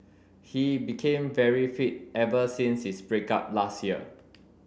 he became very fit ever since his break up last year